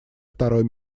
второй